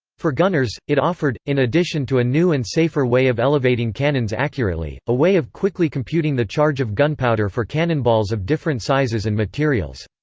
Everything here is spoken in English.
for gunners, it offered, in addition to a new and safer way of elevating cannons accurately, a way of quickly computing the charge of gunpowder for cannonballs of different sizes and materials.